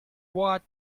what